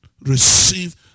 receive